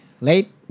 Late